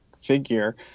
figure